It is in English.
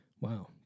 Wow